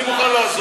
למה?